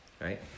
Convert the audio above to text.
right